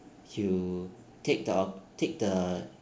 you take the take the